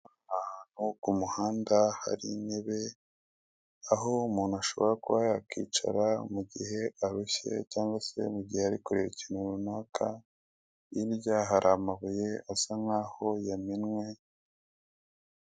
Ahantu ku muhanda hari intebe aho umuntu ashobora kuba yakicara mu gihe arushye cyangwa se mu gihe ari kureba ikintu runaka hirya hari amabuye asa nkaho yamenwe.